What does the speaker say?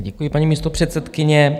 Děkuji, paní místopředsedkyně.